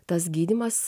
tas gydymas